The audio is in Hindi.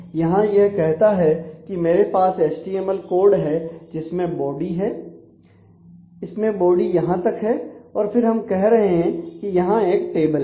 यहां यह कहता है कि मेरे पास एचटीएमएल कोड है जिसमें बॉडी है इसमें बॉडी यहां तक है और फिर हम कह रहे हैं कि यहां एक टेबल है